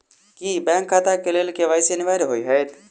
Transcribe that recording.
की bank खाता केँ लेल के.वाई.सी अनिवार्य होइ हएत?